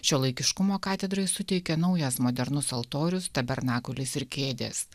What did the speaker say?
šiuolaikiškumo katedrai suteikia naujas modernus altorius tabernakulis ir kėdės